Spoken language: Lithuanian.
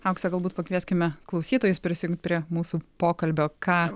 aukse galbūt pakvieskime klausytojus prisijungt prie mūsų pokalbio ką